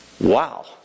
Wow